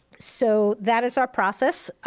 so that is our process.